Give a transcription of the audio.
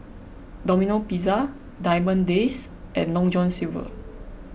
Domino Pizza Diamond Days and Long John Silver